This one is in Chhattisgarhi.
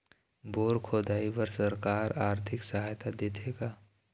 बोर खोदाई बर सरकार आरथिक सहायता देथे का?